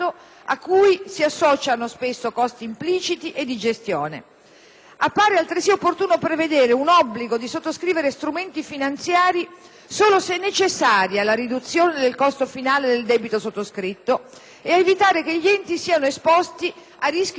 Appare altresì opportuno prevedere un obbligo di sottoscrivere strumenti finanziari solo se necessari alla riduzione del costo finale del debito sottoscritto e ad evitare che gli enti siano esposti a rischi di mercato, ancorché comprovati dai fatti degli ultimi tempi.